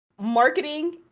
marketing